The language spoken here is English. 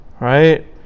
right